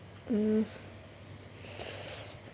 mm